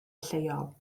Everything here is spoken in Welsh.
lleol